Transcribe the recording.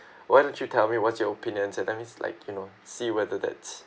why don't you tell me what's your opinions and let me like you know see whether that's